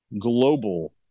global